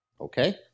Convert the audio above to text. Okay